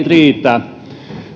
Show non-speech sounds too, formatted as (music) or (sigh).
(unintelligible) riitä